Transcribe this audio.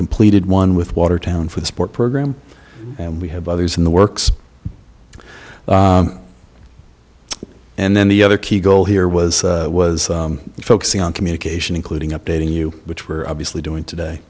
completed one with watertown for the sport program and we have others in the works and then the other key goal here was was focusing on communication including updating you which were obviously doing today